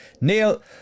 Neil